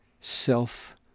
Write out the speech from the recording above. self